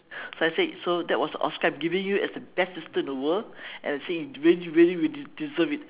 so I said so that was the oscar I'm giving you as the best sister in the world and I said you really really really deserve it